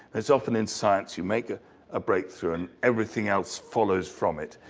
as often in science, you make a ah breakthrough and everything else follows from it.